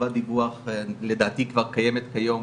חובת דיווח לדעתי כבר קיימת כיום,